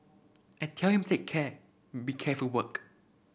I tell him take care be careful work